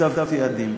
הצבתי יעדים.